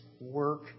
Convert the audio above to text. work